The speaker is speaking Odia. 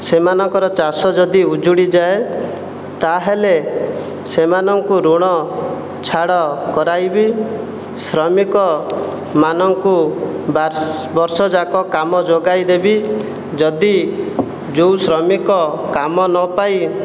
ସେମାନଙ୍କର ଚାଷ ଯଦି ଉଜୁଡ଼ି ଯାଏ ତାହେଲେ ସେମାନଙ୍କୁ ଋଣ ଛାଡ଼ କରାଇବି ଶ୍ରମିକ ମାନଙ୍କୁ ବର୍ଷ ଯାକ କାମ ଯୋଗାଇ ଦେବି ଯଦି ଯେଉଁ ଶ୍ରମିକ କାମ ନ ପାଇ